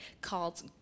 called